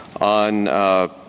on